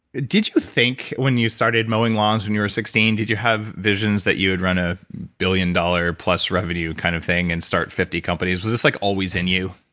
did you think when you started mowing lawns when you're sixteen, did you have visions that you'd run a billion dollar plus revenue kind of thing and start fifty companies? was this like always in you?